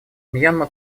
мьянма